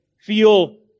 feel